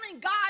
God